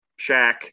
Shaq